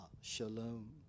shalom